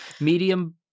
medium